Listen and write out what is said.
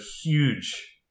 huge